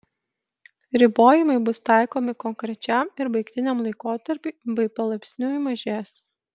ribojimai bus taikomi konkrečiam ir baigtiniam laikotarpiui bei palaipsniui mažės